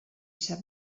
sap